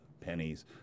pennies